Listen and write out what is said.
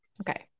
okay